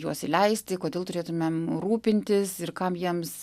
juos įleisti kodėl turėtumėm rūpintis ir kam jiems